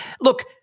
look